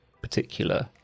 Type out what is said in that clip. particular